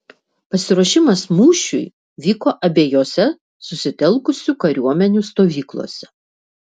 pasiruošimas mūšiui vyko abiejose susitelkusių kariuomenių stovyklose